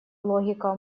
логика